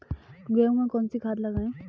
गेहूँ में कौनसी खाद लगाएँ?